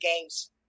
game's